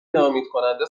ناامیدکننده